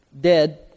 dead